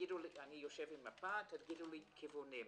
אני יושב עם מפה, תגידו לי כיוונים.